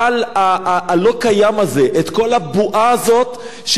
את כל הבועה הזאת שבעצם אין לה באמת מציאות.